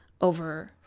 over